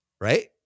right